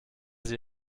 sie